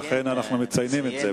לכן אנחנו מציינים את זה.